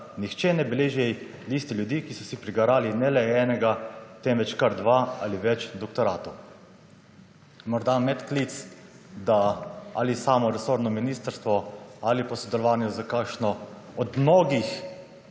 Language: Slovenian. urada nihče ne beleži liste ljudi, ki so si prigarali ne le enega temveč kar dva ali več doktoratov«. Morda medklic, da ali samo resorno ministrstvo ali pa v sodelovanju s kakšno od mnogih